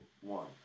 one